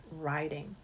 writing